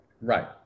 Right